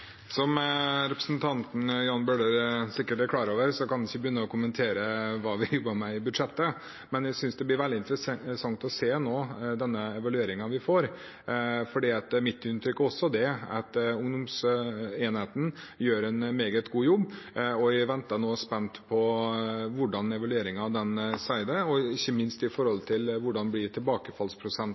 Som representanten Jan Bøhler sikkert er klar over, kan jeg ikke begynne å kommentere hva vi jobber med i budsjettet, men jeg synes det blir veldig interessant å se denne evalueringen vi får. Det er også mitt inntrykk at ungdomsenheten gjør en meget god jobb. og jeg venter nå spent på evalueringen av den, ikke minst med tanke på tilbakefallsprosenten for dem som har vært der nå. Det